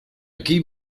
aquí